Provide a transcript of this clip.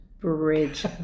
bridge